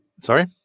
Sorry